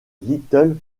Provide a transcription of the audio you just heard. little